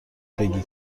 بگی